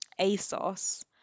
ASOS